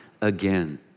again